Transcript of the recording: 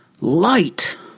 light